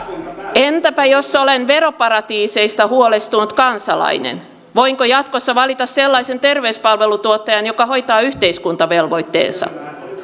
entäpä jos olen veroparatiiseista huolestunut kansalainen voinko jatkossa valita sellaisen terveyspalvelutuottajan joka hoitaa yhteiskuntavelvoitteensa